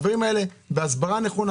בהסברה נכונה